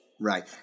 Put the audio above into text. Right